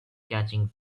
catching